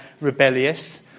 rebellious